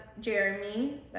Jeremy